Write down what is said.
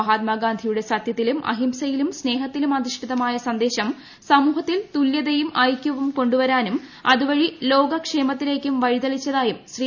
മഹാത്മാഗാന്ധിയുടെ സത്യത്തിലും അഹിംസയിലും സ്നേഹത്തിലും അധിഷ്ഠിതമായ സന്ദേശം സമൂഹത്തിൽ തുല്യതയും ഐക്യവും കൊണ്ടുവരാനും അതുവഴി ലോകക്ഷേമത്തിലേക്കും വഴിതെളിച്ചതായും ശ്രീ